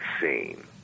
seen